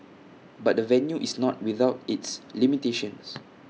but the venue is not without its limitations